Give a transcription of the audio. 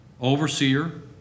overseer